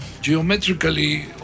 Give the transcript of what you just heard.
geometrically